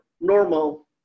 normal